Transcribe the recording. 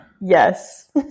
yes